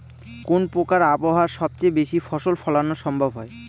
কোন প্রকার আবহাওয়ায় সবচেয়ে বেশি ফসল ফলানো সম্ভব হয়?